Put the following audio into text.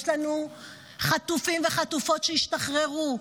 יש לנו חטופים וחטופות שהשתחררו.